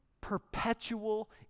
perpetual